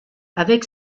avec